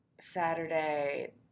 Saturday